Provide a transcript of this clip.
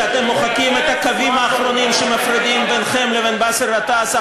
שאתם מוחקים את הקווים האחרונים שמפרידים ביניכם לבין באסל גטאס,